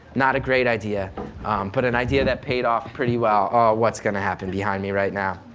not a great idea but an idea that paid off pretty well. oh what's going to happen behind me right now?